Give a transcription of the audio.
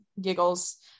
giggles